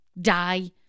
die